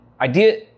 idea